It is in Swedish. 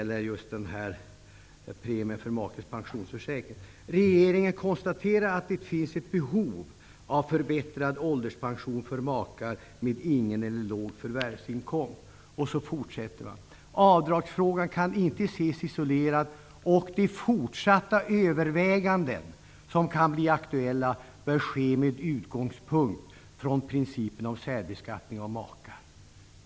Jag skall läsa direkt ur propositionen: Regeringen konstaterar att det finns ett behov av förbättrad ålderspension för makar med ingen eller låg förvärvsinkomst. Avdragsfrågan kan inte ses isolerad, och de fortsatta överväganden som kan bli aktuella bör ske med utgångspunkt från principen om särbeskattning av makar.